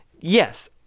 Yes